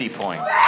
points